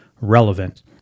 relevant